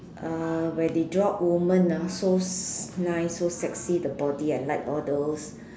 uh where they draw women ah so s~ nice so sexy the body I like all those